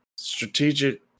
Strategic